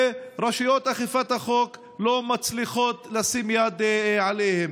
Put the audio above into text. ורשויות אכיפת החוק לא מצליחות לשים יד עליהם?